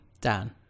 Dan